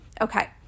Okay